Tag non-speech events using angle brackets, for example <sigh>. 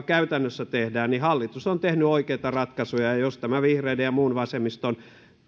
<unintelligible> käytännössä tehdään hallitus on tehnyt oikeita ratkaisuja jos tämä vihreiden ja muun vasemmiston